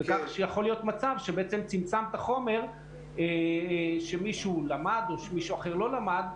כך שיכול להיות מצב שבעצם צמצמת חומר שמישהו למד או מישהו אחר לא למד,